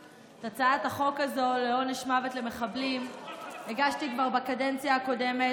את הצעת החוק הזו לעונש מוות למחבלים הגשתי כבר בקדנציה הקודמת.